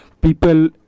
people